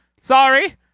Sorry